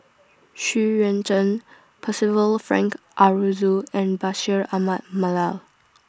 Xu Yuan Zhen Percival Frank Aroozoo and Bashir Ahmad Mallal